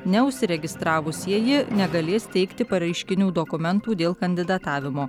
neužsiregistravusieji negalės teikti paraiškinių dokumentų dėl kandidatavimo